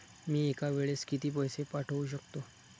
मी एका वेळेस किती पैसे पाठवू शकतो?